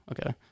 Okay